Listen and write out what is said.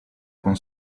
con